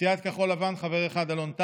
סיעת כחול לבן, חבר אחד, אלון טל,